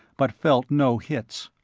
but felt no hits.